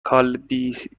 کالیبراسیون